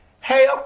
hey